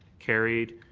carried.